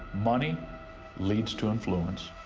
money leads to influence,